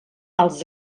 als